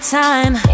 time